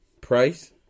Price